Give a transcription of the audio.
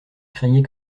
craignait